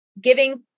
giving